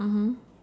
mmhmm